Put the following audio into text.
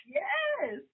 yes